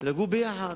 לגור ביחד.